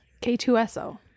K2SO